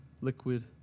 liquid